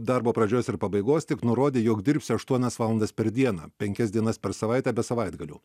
darbo pradžios ir pabaigos tik nurodė jog dirbsiu aštuonias valandas per dieną penkias dienas per savaitę be savaitgalių